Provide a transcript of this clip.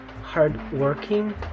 hardworking